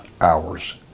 hours